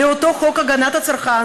לאותו חוק הגנת הצרכן,